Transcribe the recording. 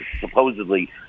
supposedly